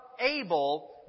able